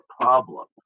problem